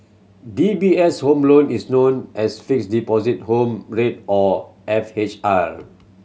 D B S Home Loan is known as Fixed Deposit Home Rate or F H R